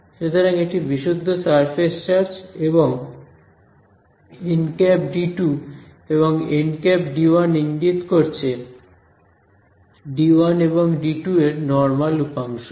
সুতরাং এটি বিশুদ্ধ সারফেস চার্জ এবং nˆD2 এবং nˆD1 ইঙ্গিত করছে D1 এবং D2 এর নরমাল উপাংশ